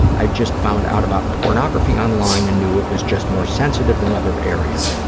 i just found out about pornography online and knew it was just more sensitive than other areas.